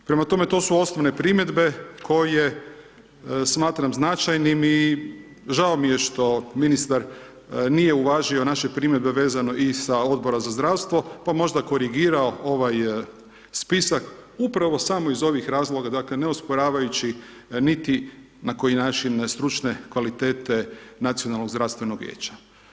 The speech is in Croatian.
Prema tome, to su osnovne primjedbe koje smatram značajnim i žao mi je što ministar nije uvažio naše primjedbe vezano i sa Odbora za zdravstvo, pa možda korigirao ovaj spisak upravo samo iz ovih razloga, dakle, ne osporavajući niti na koji način stručne kvalitete Nacionalnog zdravstvenog vijeća.